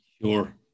Sure